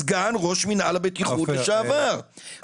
סגן ראש מנהל הבטיחות לשעבר --- אתה מסיים?